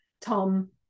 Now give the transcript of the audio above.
tom